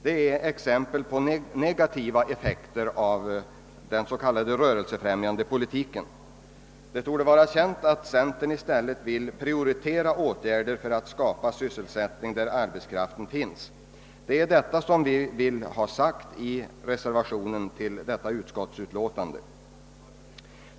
Detta är exempel på negativa effekter av den s.k. rörlighetsfrämjande politiken. Det torde vara känt att centerpartiet i stället vill prioritera åtgärder för att skapa sysselsättning där arbetskraften finns. Det är detta vi vill ha sagt i reservationen till utlåtandet.